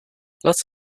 lots